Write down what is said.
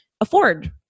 afford